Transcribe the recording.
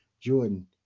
jordan